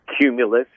Cumulus